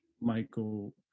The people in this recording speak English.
michael